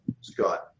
Scott